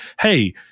hey